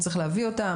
צריך להביא אותם,